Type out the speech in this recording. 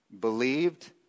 believed